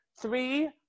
Three